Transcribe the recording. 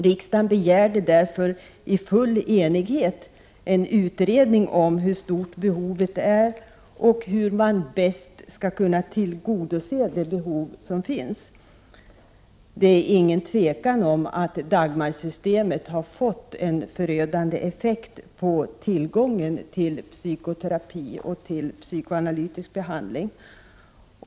Riksdagen begärde därför i full enighet en utredning av hur stort behovet är och hur man på bästa sätt skall kunna tillgodose det behov som finns. Det råder inget tvivel om att Dagmarsystemet har fått en förödande effekt på tillgången på psykoterapi och psykoanalytisk behandling.